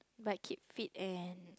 by keep fit and